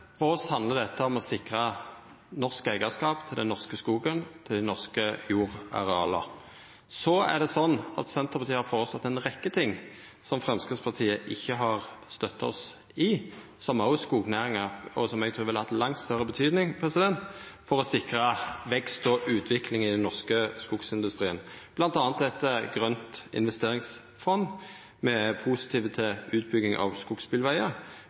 For oss handlar dette om å sikra norsk eigarskap til den norske skogen og dei norske jordareala. Senterpartiet har føreslått ei rekkje ting som Framstegspartiet ikkje har støtta oss i, og som eg trur ville hatt langt større betydning for å sikra vekst og utvikling i den norske skogindustrien, bl.a. eit grønt investeringsfond. Me er positive til utbygging av skogsbilvegar.